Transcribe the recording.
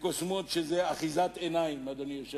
וקוסמות היא אחיזת עיניים, אדוני היושב-ראש.